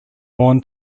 born